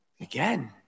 Again